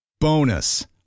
Bonus